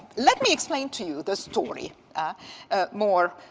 let me explain to you the story more.